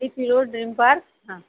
P C road Zen park हा